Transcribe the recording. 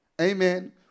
Amen